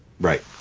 right